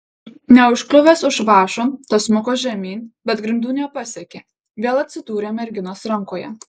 neužkliuvęs už vąšo tas smuko žemyn bet grindų nepasiekė vėl atsidūrė merginos rankoje